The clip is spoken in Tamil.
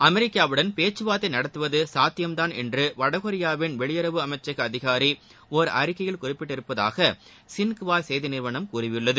அமெரிக்காவுடன் பேச்சுவார்த்தை நடத்துவது சாத்தியம்தான் என்று வடகொரியாவின் வெளியுறவு அமைச்சக அதிகாரி ஒர் அறிக்கையில் குறிப்பிட்டிருப்பதாக ஸின்குவா செய்தி நிறுவனம் கூறியுள்ளது